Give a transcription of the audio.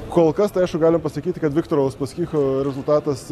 kol kas tai aišku galima pasakyti kad viktoro uspaskicho rezultatas